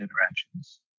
interactions